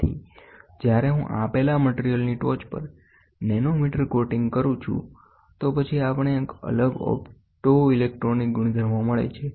તેથી જ્યારે હું આપેલા મટીરીયલની ટોચ પર નેનોમીટર કોટિંગ કરું છુંતો પછી આપણે એક અલગ ઓપ્ટોઇલેક્ટ્રોનિક ગુણધર્મો મળે છે